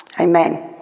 Amen